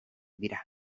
dira